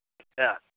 अच्छा